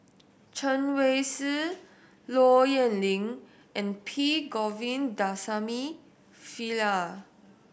Chen Wen Hsi Low Yen Ling and P Govindasamy Pillai